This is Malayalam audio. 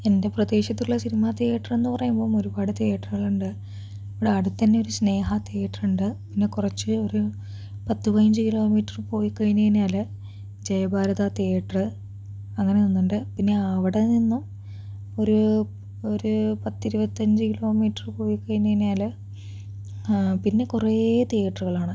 എൻ്റെ പ്രദേശത്തുള്ള സിനിമ തീയേറ്ററെന്നു പറയുമ്പോൾ ഒരുപാട് തീയേറ്ററുകളുണ്ട് ഇവിടെ അടുത്തുത്തന്നെ ഒരു സ്നേഹ തീയേറ്ററുണ്ട് പിന്നെ കുറച്ച് ഒരു പത്ത് പതിനഞ്ച് കിലോമീറ്റർ പോയി കഴിഞ്ഞുകഴിഞ്ഞാൽ ജയഭാരത തീയേറ്റർ അങ്ങനെ ഒന്നുണ്ട് പിന്നെ അവിടെ നിന്നും ഒരു ഒരു പത്ത് ഇരുപത്തഞ്ച് കിലോമീറ്റർ പോയി കഴിഞ്ഞുകഴിഞ്ഞാൽ പിന്നെ കുറേ തിയേറ്ററുകളാണ്